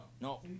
no